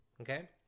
Okay